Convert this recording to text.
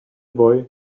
boy